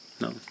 No